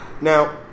Now